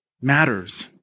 matters